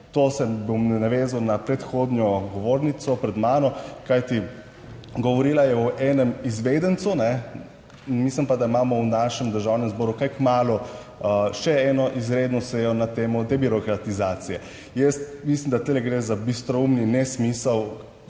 to se bom navezal na predhodno govornico pred mano, kajti govorila je o enem izvedencu, mislim pa, da imamo v našem Državnem zboru kaj kmalu še eno izredno sejo na temo debirokratizacije. Jaz mislim, da tu gre za bistroumni nesmisel